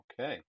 Okay